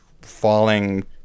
falling